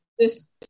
just-